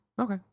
Okay